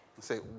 say